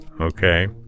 Okay